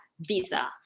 visa